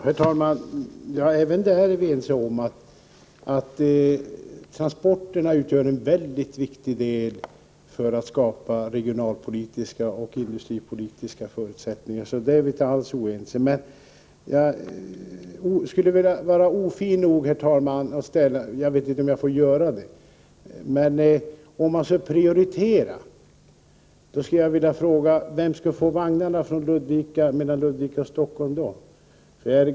Herr talman! Vi är ense också om att transporterna är mycket viktiga när det gäller att skapa regionalpolitiska och industripolitiska förutsättningar. Där är vi inte alls oense. Jag skulle vilja vara ofin nog att ställa en fråga till Margareta Gard-— jag vet inte om jag får göra det. Margareta Gard säger att man skall prioritera. Jag skulle då vilja fråga: Vem skulle då få vagnarna som nu går mellan Ludvika och Stockholm?